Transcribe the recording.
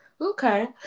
okay